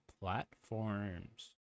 platforms